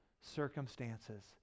circumstances